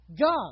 God